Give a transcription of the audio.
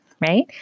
right